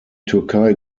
türkei